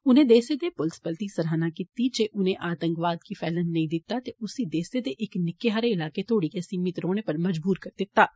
उनें देसै दे पुलस बल दी सराहना कीती जे उनें आतंकवाद गी फैलन नेईं दित्ता जे उसी देसै दे इक निक्के हारे इलाके तोहड़ी गै सीमित रौहने पर मजबूर करी दित्ते दा ऐ